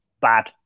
Bad